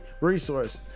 resource